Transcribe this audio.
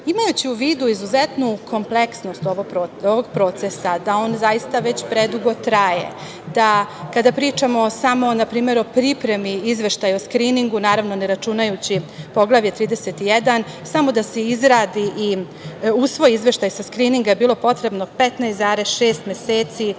u vidu izuzetnu kompleksnost ovog procesa, da on zaista već predugo traje, da kada pričamo samo, na primer, o pripremi izveštaja o skriningu, naravno ne računajući Poglavlje 31, samo da se izradi i usvoji izveštaj sa skrininga je bilo potrebno 15,6 meseci,